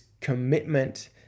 commitment